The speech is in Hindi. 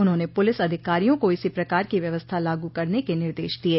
उन्होंने पुलिस अधिकारियों को इसी प्रकार की व्यवस्था लागू करने के निर्देश दिये